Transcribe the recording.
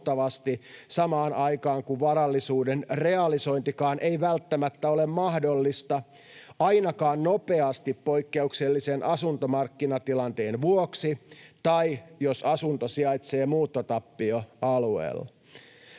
samaan aikaan, kun varallisuuden realisointikaan ei välttämättä ole mahdollista, ainakaan nopeasti, poikkeuksellisen asuntomarkkinatilanteen vuoksi tai jos asunto sijaitsee muuttotappioalueella.